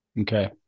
Okay